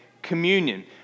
Communion